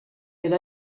elle